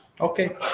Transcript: Okay